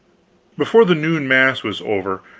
before the noon mass was over,